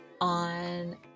on